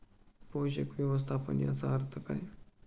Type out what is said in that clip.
पोषक व्यवस्थापन याचा अर्थ काय?